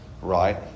Right